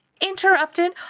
interrupted